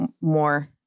more